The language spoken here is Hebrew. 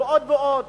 ועוד ועוד,